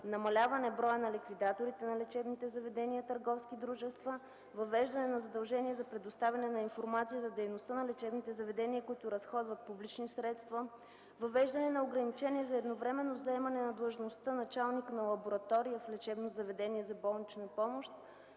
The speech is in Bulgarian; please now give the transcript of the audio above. намаляване броя на ликвидаторите на лечебните заведения – търговски дружества; - въвеждане на задължение за предоставяне на информация за дейността на лечебните заведения, които разходват публични средства; - въвеждане на ограничение за едновременно заемане на длъжността „началник на лаборатория” в лечебно заведение за болнична помощ